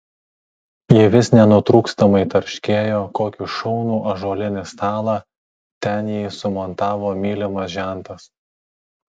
ji vis nenutrūkstamai tarškėjo kokį šaunų ąžuolinį stalą ten jai sumontavo mylimas žentas